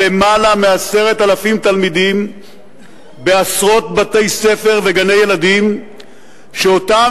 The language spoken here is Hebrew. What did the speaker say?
למעלה מ-10,000 תלמידים בעשרות בתי-ספר וגני-ילדים שאותם